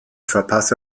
verpasse